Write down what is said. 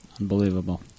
Unbelievable